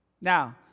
Now